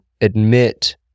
admit